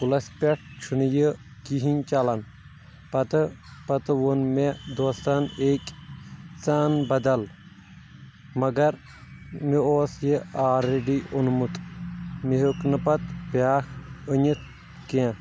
کُلس پٮ۪ٹھ چھُنہٕ یہِ کِہیٖنٛۍ چلان پتہٕ پتہٕ ووٚن مےٚ دوستن أکۍ ژٕ اَن بدل مگر مےٚ اوس یہِ آلریڈی اوٚنمُت مےٚ ہوٚکھ نہٕ پتہٕ بیٛاکھ أنِتھ کیٚنٛہہ